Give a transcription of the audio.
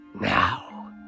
now